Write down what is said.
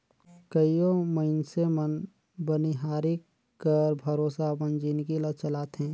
कइयो मइनसे मन बनिहारी कर भरोसा अपन जिनगी ल चलाथें